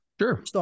Sure